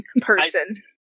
Person